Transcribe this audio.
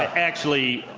actually,